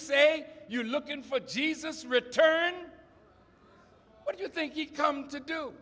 say you're looking for jesus return what do you think you come to do